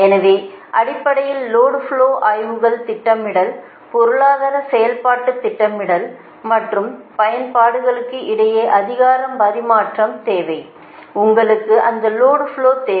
எனவே அடிப்படையில் load flow ஆய்வுகள் திட்டமிடல் பொருளாதார செயல்பாட்டு திட்டமிடல் மற்றும் பயன்பாடுகளுக்கு இடையே அதிகார பரிமாற்றம் தேவை உங்களுக்கு அந்த லோடு ஃப்லோ தேவை